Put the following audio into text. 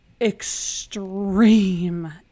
extreme